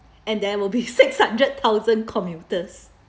and there will be six hundred thousand commuters